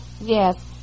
Yes